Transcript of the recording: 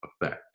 effect